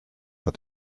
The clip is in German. hat